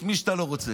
את מי שאתה לא רוצה,